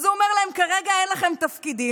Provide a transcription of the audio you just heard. אז הוא אומר להם: כרגע אין לכם תפקידים,